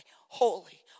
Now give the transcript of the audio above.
Holy